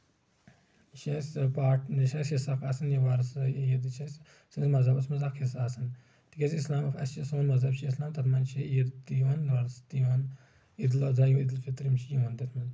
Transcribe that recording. یہِ چھُ اسہِ پارٹ یہِ چھُ اَسہِ سکھ آسان یہِ وۄرسہٕ عیٖد چھےٚ اَسہِ سٲنِس مذہبس منٛز اکھ حِصہٕ آسان تِکیٚازِ اسلام اسہِ چھ سون مذہب چھُ اِسلام تَتھ منٛز چھِ عیٖد تہِ یِوان وۄرسہٕ تہِ یِوان عید الاضحی عید الفطر یِم چھِ یِوان تَتھ منٛز